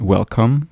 Welcome